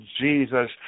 Jesus